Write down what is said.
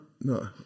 No